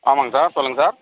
ஆமாங்க சார் சொல்லுங்கள் சார்